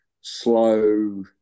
slow